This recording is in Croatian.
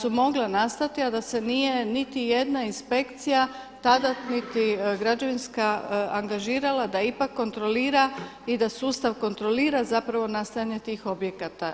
su mogla nastati, a da se nije niti jedna inspekcija tada, niti građevinska angažirala da ipak kontrolira i da sustav kontrolira zapravo nastajanje tih objekata.